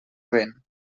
vent